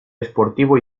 sportivo